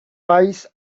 bites